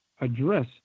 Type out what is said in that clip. address